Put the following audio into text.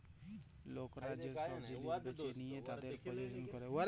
লকরা যে সব জিলিস বেঁচে লিয়ে তাদের প্রজ্বলল ক্যরে